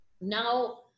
Now